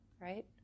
Right